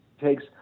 takes